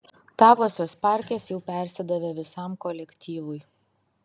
tavosios parkės jau persidavė visam kolektyvui